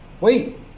Wait